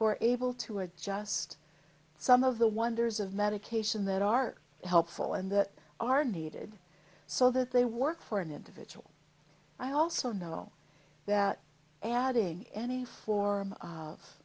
are able to or just some of the wonders of medication that are helpful and that are needed so that they work for an individual i also know that adding any form